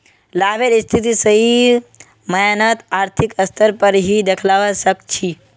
लाभेर स्थिति सही मायनत आर्थिक स्तर पर ही दखवा सक छी